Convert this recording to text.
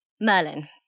Merlin